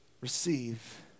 Receive